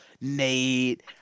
Nate